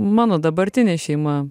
mano dabartinė šeima